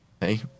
Hey